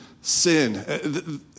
sin